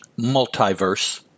multiverse